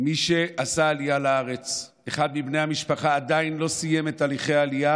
מי שעשה עלייה לארץ ואחד מבני המשפחה עדיין לא סיים את תהליכי העלייה,